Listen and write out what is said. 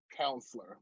counselor